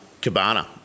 cabana